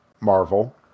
Marvel